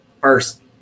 first